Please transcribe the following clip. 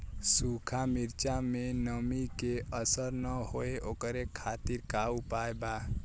सूखा मिर्चा में नमी के असर न हो ओकरे खातीर का उपाय बा?